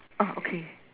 ah okay